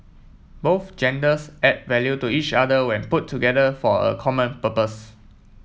both genders add value to each other when put together for a common purpose